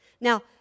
Now